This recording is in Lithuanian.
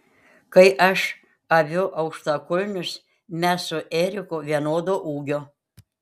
kai aš aviu aukštakulnius mes su eriku vienodo ūgio